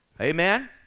Amen